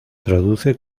traduce